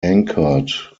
anchored